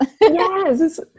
yes